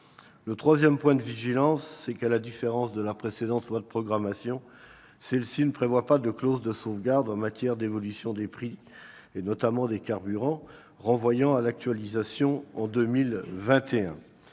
Le troisième point de vigilance, c'est que, à la différence de la précédente loi de programmation, ce texte ne prévoit pas de clause de sauvegarde en matière d'évolution des prix des carburants opérationnels, renvoyant à l'actualisation de 2021.